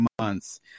months